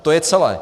To je celé.